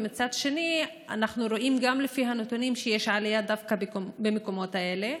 ומצד שני אנחנו גם רואים לפי הנתונים שיש עלייה דווקא במקומות האלה.